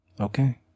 Okay